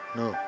no